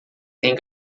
tem